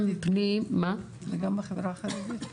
הרשימה הערבית המאוחדת): וגם בחברה החרדית.